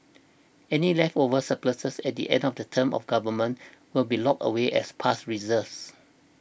any leftover surpluses at the end of the term of government will be locked away as past reserves